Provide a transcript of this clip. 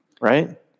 right